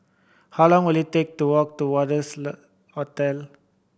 how long will it take to walk to Wanderlust Hotel